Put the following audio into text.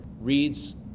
reads